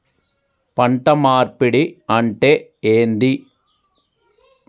పంట మార్పిడి అంటే ఏంది?